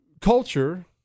culture